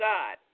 God